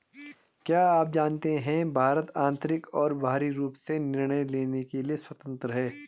क्या आप जानते है भारत आन्तरिक और बाहरी रूप से निर्णय लेने के लिए स्वतन्त्र है?